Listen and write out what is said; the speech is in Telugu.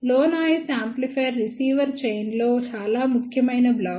లో నాయిస్ యాంప్లిఫైయర్ రిసీవర్ చైన్ లో చాలా ముఖ్యమైన బ్లాక్